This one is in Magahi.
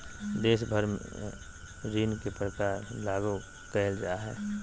देश भर में ऋण के प्रकार के लागू क़इल जा हइ